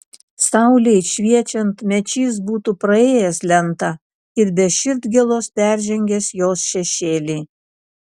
saulei šviečiant mečys būtų praėjęs lentą ir be širdgėlos peržengęs jos šešėlį